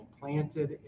planted